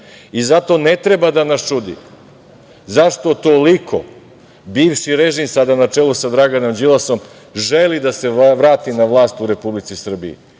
Zato ne treba da nas čudi zašto toliko bivši režim, sada na čelu sa Draganom Đilasom, želi da se vrati na vlast u Republici Srbiji.